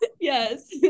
Yes